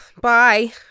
Bye